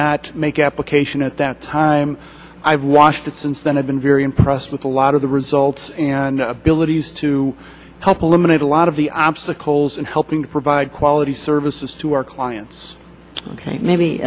not make application at that time i've washed it since then i've been very impressed with a lot of the results and abilities to help a limited a lot of the obstacles in helping provide quality services to our clients